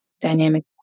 dynamic